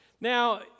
Now